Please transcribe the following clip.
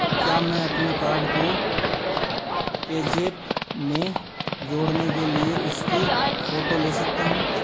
क्या मैं अपने कार्ड को पेज़ैप में जोड़ने के लिए उसकी फ़ोटो ले सकता हूँ